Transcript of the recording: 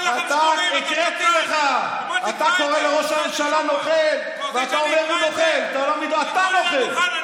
קח את רגשי הנחיתות שלך ותלך למקום אחר אם אתה לא מסוגל לעבוד כאן.